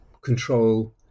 control